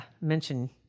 mention